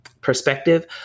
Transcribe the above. perspective